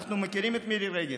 אנחנו מכירים את השרה רגב,